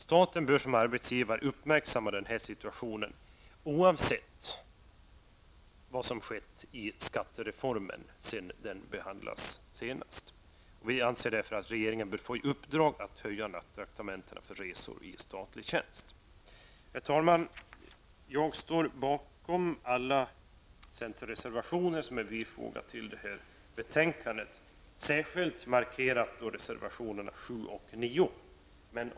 Staten bör som arbetsgivare uppmärksamma den här situationen oavsett vad som skett med skattereformen sedan denna behandlades senast. Vi anser därför att regeringen bör få i uppdrag att höja nattraktamentena för resor i statlig tjänst. Herr talman! Jag står bakom alla centerreservationer som har fogats till detta betänkande, med särskild markering av reservationerna nr 7 och 9.